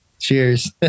cheers